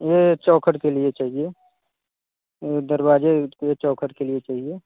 ये चौखट के लिए चाहिए दरवाज़े के चौखट के लिए चाहिए